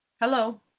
Hello